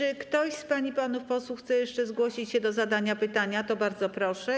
Jeśli ktoś z pań i panów posłów chce jeszcze zgłosić się do zadania pytania, to bardzo proszę.